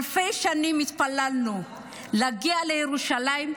אלפי שנים התפללנו להגיע לירושלים,